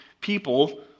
people